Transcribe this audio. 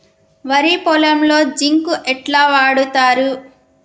వరి పొలంలో జింక్ ఎట్లా వాడుతరు?